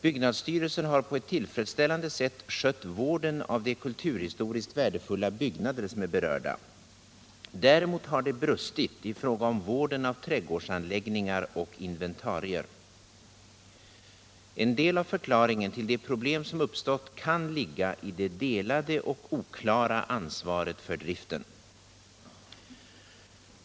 Byggnadsstyrelsen har på ett tillfredsställande sätt skött vården av de kulturhistoriskt värdefulla byggnader som är berörda. Däremot har det brustit i fråga om vården av trädgårdsanläggningar och inventarier. En del av förklaringen till de problem som uppstått kan ligga i det delade och oklara ansvaret för driften.